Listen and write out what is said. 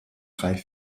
reich